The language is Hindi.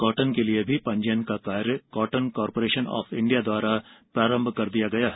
कॉटन के लिए पंजीयन का कार्य कॉटन कार्पोरेशन ऑफ इंडिया द्वारा प्रारंभ कर दिया गया है